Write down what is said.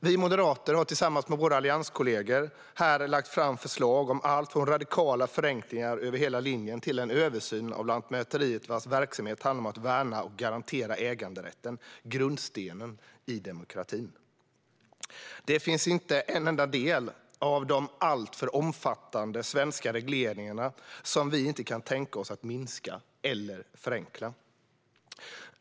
Vi moderater har tillsammans med våra allianskollegor här lagt fram förslag om allt från radikala förenklingar över hela linjen till en översyn av Lantmäteriet, vars verksamhet handlar om att värna och garantera äganderätten - grundstenen i demokratin. Det finns inte en enda del av de alltför omfattande svenska regleringarna som vi inte kan tänka oss att minska eller förenkla.